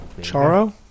Charo